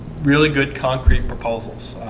really good concrete proposals